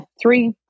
Three